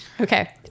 Okay